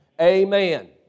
Amen